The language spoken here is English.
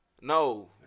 No